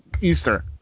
Easter